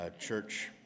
church